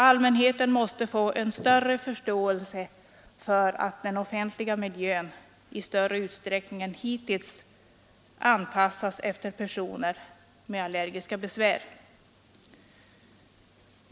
Allmänheten måste få ökad förståelse för att den offentliga miljön i större utsträckning än hittills anpassas efter personer med allergiska besvär.